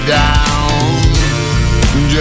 down